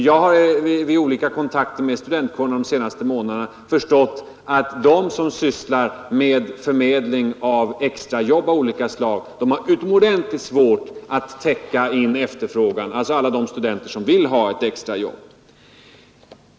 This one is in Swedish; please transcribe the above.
Jag har vid mina kontakter med studentkåren de senaste månaderna förstått att de som sysslar med förmedling av extrajobb av olika slag har utomordentligt svårt att täcka in efterfrågan för alla dem som vill ha extrajobb.